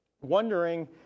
Wondering